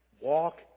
walk